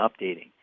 updating